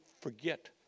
forget